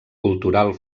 cultural